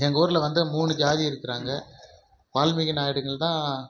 எங்கள் ஊரில் வந்து மூணு ஜாதி இருக்கிறாங்க வால்மிகி நாயிடுங்கள் தான்